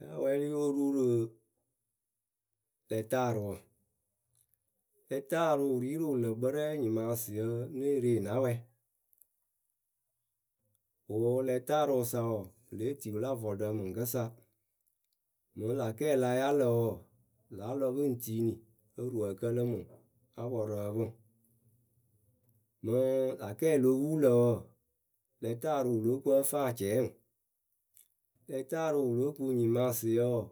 Ya wɛɛlɩ yo ru rɨ lɛtaarɨwǝ. Lɛtaarɨʊ wɨ ri rɨ wɨlǝkpɨrɛ nyɩmaasɩyǝǝ ŋ née re na wɛ.,ŋwɨ lɛtaarɨwɨsa wɔɔ, pɨ lée tii wɨla vɔɔɖǝ mɨŋkɨsa Mɨŋ lä kɛɛ la ya lǝ wɔɔ, pɨ la lɔ pɨ ŋ tiini, óo ruu ǝ kǝlɨ mɨ ŋwɨ, áa pɔrʊ ǝ pɨ ŋwʊ. Mɨŋ lä kɛɛ lo wu lǝ̈ wɔɔ, lɛtaarɨʊ wɨ lóo ku ǝ́ǝ fɨ acɛɛ ŋwʊ, lɛtaarɨʊ lóo ku nyɩmaasɩyǝ wɔɔ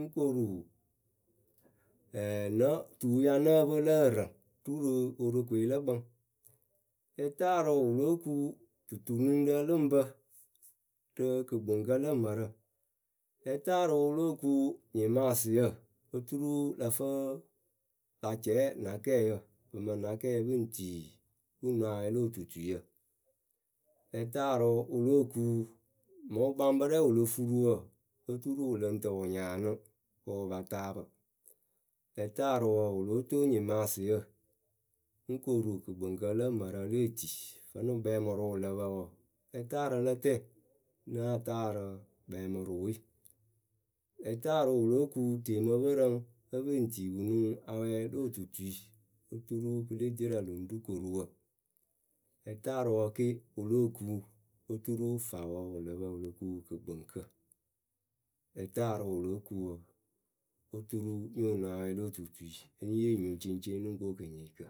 ŋ koru ɛɛ nǝ tuu ya nǝ́ǝ pɨ lq ǝrǝŋ ru rɨ Worokoe lǝ kpǝŋ lɛtaarɨʊ wɨ lóo ku dutunuŋɖǝ lɨ ŋ bǝ rɨ kɨkpɨŋkǝ lǝ mǝrǝ Lɛtaarɨʊ wɨ lóo ku nyɩmaasɩyǝ oturu lǝ fɨɨ la cɛɛ na kɛɛyǝ, ŋpɨ mɨ na kɛɛ pɨ ŋ tii. pɨ ŋ nuŋ awɛ lo otutuyǝ. Lɛtaarɨʊ wɨ lóo ku mɨŋ wɨkpaŋkpɨrɛ wɨ lo furu wɔɔ, oturu wɨ lɨŋ tɨ wɨ nyaanɨ kɨ wɨ pa taapɨ Lɛtaarɨʊ wɔɔ, wɨ lóo toŋ nyɩmaasɩyǝ.,ŋ koru kɨkpɨŋk;ǝ lǝ mǝrǝ le etii. Vǝ́nɨŋ kpɛɛmʊrʊʊ wɨ lǝ pǝ wɔɔ, lɛtaarɨlǝtǝǝ náa taarɨ kpɛɛmʊrʊwe Lɛtaarɨʊ wɨ lóo ku tie mɨ pɨrǝŋ ǝ pɨ ŋ tii pɨ nuŋ awɛ lo otutui oturu pɨle dierǝ lɨŋ ru koruwǝ Lɛtaarɨwǝ ke wɨ lóo ku oturu faawǝ wɨ lǝ pǝ wɨ lo ku kɨkpɨŋkǝ, lɛtaarɨwǝ wɨ kuŋ wɨ, oturu nyo nuŋ awɛ lo otutui e nyɨ ŋ yee nyuŋceŋceŋ nɨ ŋ ko kɨnyɩɩkǝ.